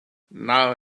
now